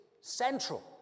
central